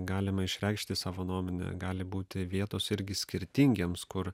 galima išreikšti savo nuomonę gali būti vietos irgi skirtingiems kur